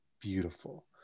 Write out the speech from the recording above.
beautiful